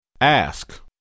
Ask